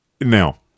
Now